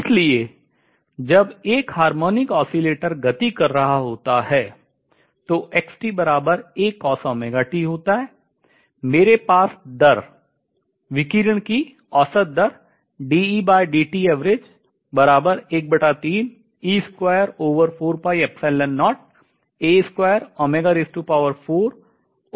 इसलिए जब एक हार्मोनिक ऑसिलेटर गति कर रहा होता है तो होता है मेरे पास दर विकिरण की औसत दर है